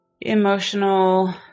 emotional